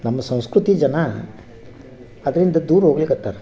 ನಮ್ಮ ಸಂಸ್ಕೃತಿ ಜನ ಅದರಿಂದ ದೂರ ಹೋಗ್ಲಿಕತ್ತರ